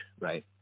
right